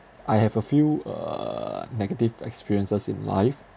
I have a few uh negative experiences in life